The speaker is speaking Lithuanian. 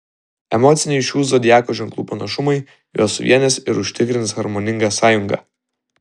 emociniai šių zodiako ženklų panašumai juos suvienys ir užtikrins harmoningą sąjungą